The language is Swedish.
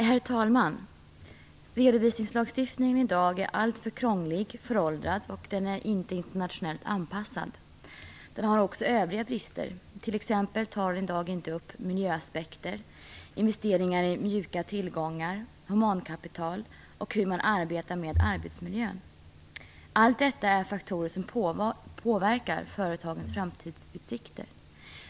Herr talman! Redovisningslagstiftningen i dag är alltför krånglig och föråldrad, och den är inte internationellt anpassad. Den har också andra brister. Den tar t.ex. i dag inte upp miljöaspekter, investeringar i mjuka tillgångar, humankapital och hur man arbetar med arbetsmiljön. Alla dessa faktorer påverkar företagens framtidsutsikter.